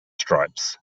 stripes